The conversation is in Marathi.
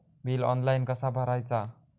बिल ऑनलाइन कसा भरायचा?